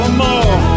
more